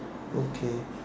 okay